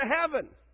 heaven